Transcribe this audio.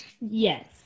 yes